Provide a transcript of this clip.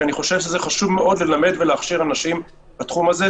כי אני חושב שזה חשוב מאוד ללמד ולהכשיר אנשים בתחום הזה,